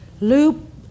Loop